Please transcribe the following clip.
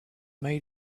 made